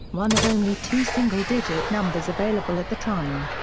one of only two single-digit numbers available at the time.